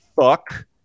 fuck